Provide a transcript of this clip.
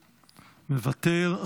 מוותר,